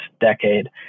decade